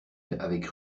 avec